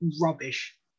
rubbish